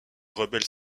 rebelles